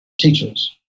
teachers